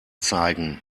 zeigen